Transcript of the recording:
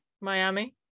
Miami